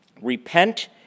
repent